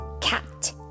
cat